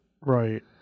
Right